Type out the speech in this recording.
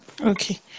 okay